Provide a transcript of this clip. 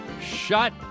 shut